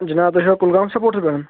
جناب تُہۍ چھُوا کُلگام سَپوٹَر